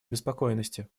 обеспокоенности